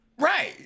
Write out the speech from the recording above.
Right